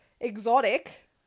exotic